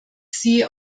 sie